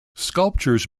sculptures